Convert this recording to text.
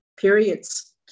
periods